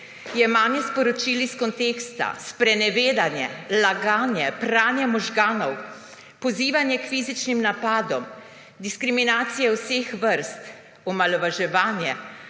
jemanje sporočil iz konteksta, sprenevedanje, laganje, pranje možganov, pozivanje k fizičnim napadom, diskriminacije vseh vrst, omalovaževanje,